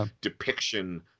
depiction